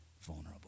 vulnerable